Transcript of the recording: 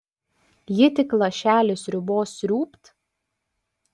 ji tik lašelį sriubos sriūbt